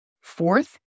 Fourth